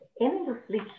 endlessly